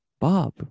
Bob